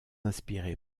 inspiré